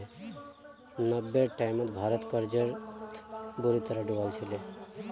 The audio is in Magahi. नब्बेर टाइमत भारत कर्जत बुरी तरह डूबाल छिले